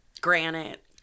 Granite